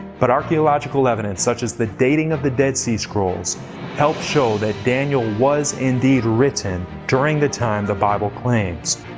but archaeological evidence such as the dating of the dead sea scrolls help show that daniel was indeed written during the time the bible claims.